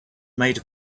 made